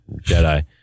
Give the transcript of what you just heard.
Jedi